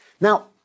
Now